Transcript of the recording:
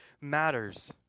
matters